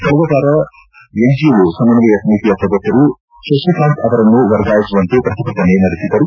ಕಳೆದ ವಾರ ಎನ್ಜೆಒ ಸಮಸ್ವಯ ಸಮಿತಿಯ ಸದಸ್ಕರು ಶತಿಕಾಂತ್ ಅವರನ್ನು ವರ್ಗಾಯಿಸುವಂತೆ ಪ್ರತಿಭಟನೆ ನಡೆಸಿದ್ದರು